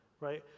right